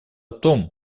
том